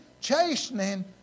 Chastening